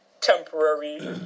temporary